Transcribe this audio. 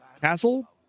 castle